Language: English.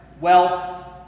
Wealth